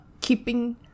keeping